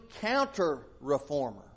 counter-reformer